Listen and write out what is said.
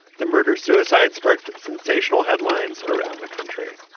the murder suicide sparked sensational headlines around the country.